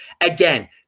Again